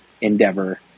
endeavor